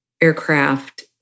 aircraft